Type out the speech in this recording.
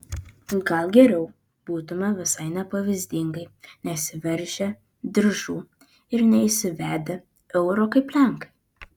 gal geriau būtumėme visai nepavyzdingai nesiveržę diržų ir neįsivedę euro kaip lenkai